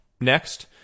Next